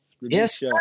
Yes